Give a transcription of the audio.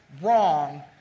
wrong